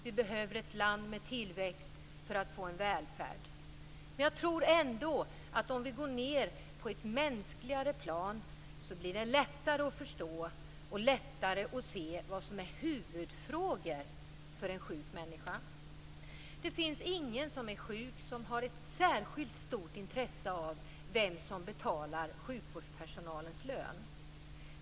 Vi behöver ett land med tillväxt för att få en välfärd. Men jag tror ändå att om vi går ned på ett mänskligare plan, blir det lättare att förstå och lättare att se vad som är huvudfrågor för en sjuk människa. Det finns ingen som är sjuk som har ett särskilt stort intresse av vem som betalar sjukvårdspersonalens lön.